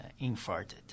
infarcted